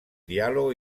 dialogo